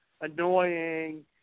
annoying